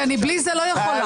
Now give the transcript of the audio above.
כי בלי זה אני לא יכולה.